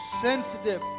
sensitive